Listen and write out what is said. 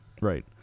right